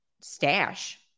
stash